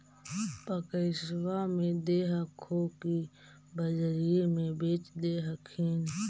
पैक्सबा मे दे हको की बजरिये मे बेच दे हखिन?